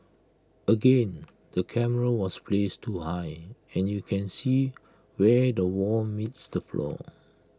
again the camera was placed too high and you can see where the wall meets the floor